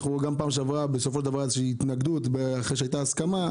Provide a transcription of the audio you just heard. גם בפעם שעברה הייתה התנגדות אחרי שהייתה הסכמה,